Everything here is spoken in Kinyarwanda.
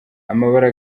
amabara